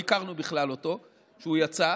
בכלל לא הכרנו אותו כשהוא יצא,